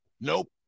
Nope